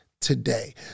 today